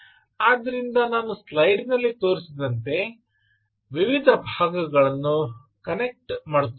ಆದ್ದರಿಂದ ನಾನು ಸ್ಲೈಡಿನಲ್ಲಿ ತೋರಿಸಿದಂತೆ ವಿವಿಧ ಭಾಗಗಳನ್ನು ಕನೆಕ್ಟ್ ಮಾಡುತ್ತಿದ್ದೇನೆ